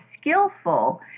skillful